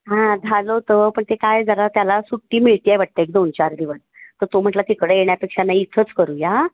हां झालं होतं पण ते काय जरा त्याला सुट्टी मिळते आहे वाटतं एक दोन चार दिवस तर तो म्हटला तिकडं येण्यापेक्षा नाही इथंच करूया